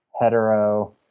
hetero